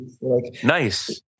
Nice